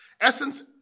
Essence